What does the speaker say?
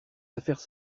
affaires